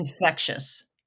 infectious